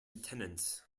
tenants